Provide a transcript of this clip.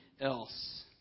else